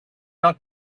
not